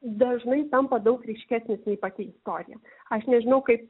dažnai tampa daug ryškesnis nei pati istorija aš nežinau kaip